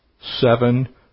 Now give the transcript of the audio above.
Seven